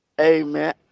Amen